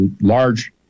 large